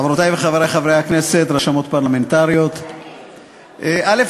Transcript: חברותי וחברי חברי הכנסת, רשמות פרלמנטריות, א.